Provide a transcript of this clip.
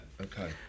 Okay